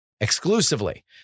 exclusively